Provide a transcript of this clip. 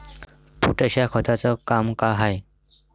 Potash या खताचं काम का हाय?